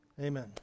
Amen